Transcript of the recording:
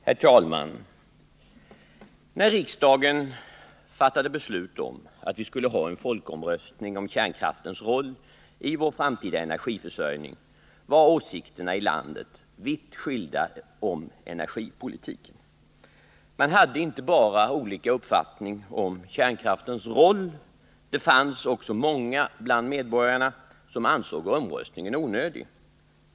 Herr talman! När riksdagen fattade beslut om att vi skulle ha en folkomröstning om kärnkraftens roll i vår framtida energiförsörjning var åsikterna i landet vitt skilda om energipolitiken. Man hade inte bara olika uppfattning om kärnkraftens roll. Det fanns också många bland medborgarna som ansåg omröstningen onödig.